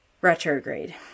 retrograde